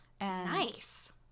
Nice